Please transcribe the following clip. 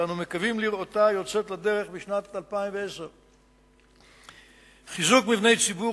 ואנו מקווים לראותה יוצאת לדרך בשנת 2010. חיזוק מבני ציבור